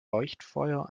leuchtfeuer